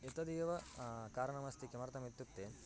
एतदेव कारणमस्ति किमर्थमित्युक्ते